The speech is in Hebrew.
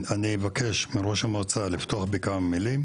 אני אבקש מראש המועצה לפתוח בכמה מילים